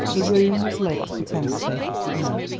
the room was lit but empty no,